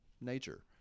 nature